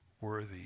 worthy